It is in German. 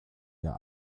der